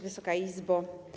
Wysoka Izbo!